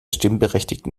stimmberechtigten